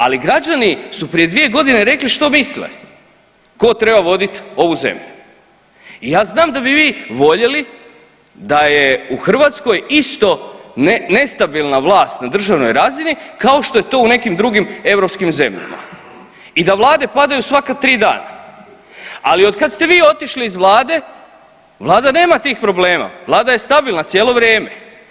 Ali građani su prije 2 godine rekli što misle, tko treba voditi ovu zemlji i ja znam da bi vi voljeli da je u Hrvatskoj isto nestabilna vlast na državnoj razini, kao što je to u nekim drugim europskim zemljama i da vlade padaju svaka 3 dana, ali otkad ste vi otišli iz Vlade, Vlada nema tih problema, Vlada je stabilna cijelo vrijeme.